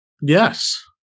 Yes